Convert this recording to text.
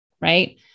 right